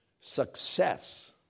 Success